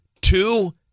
two